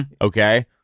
okay